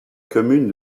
commune